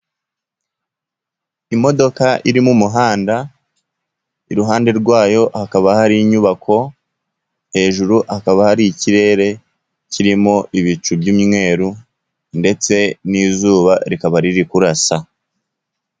Imodoka iri mu muhanda, iruhande rwayo hakaba hari inyubako, hejuru hakaba hari ikirere kirimo ibicu by'umweruru, ndetse n'izuba rikaba riri kurasa.